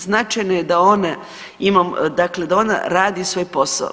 Značajna je da one, dakle da ona radi svoj posao.